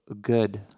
good